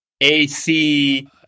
AC